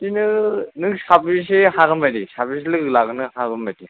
बिदिनो नों साबेसे हागोनबादि साबेसे लोगो लाबोनो हागोन बादि